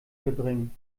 verbringen